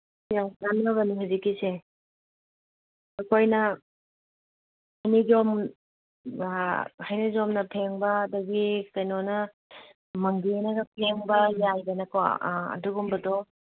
ꯌꯥꯝ ꯀꯥꯟꯅꯕꯅꯤ ꯍꯧꯖꯤꯛꯀꯤꯁꯦ ꯑꯩꯈꯣꯏꯅ ꯍꯩꯅꯧꯖꯣꯝ ꯍꯩꯅꯧꯖꯣꯝꯅ ꯐꯦꯡꯕ ꯑꯗꯒꯤ ꯀꯩꯅꯣꯅ ꯃꯪꯒꯦꯅꯒ ꯐꯦꯡꯕ ꯌꯥꯏꯗꯅꯀꯣ ꯑꯥ ꯑꯗꯨꯒꯨꯝꯕꯗꯣ